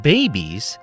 Babies